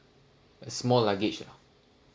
a small luggage lah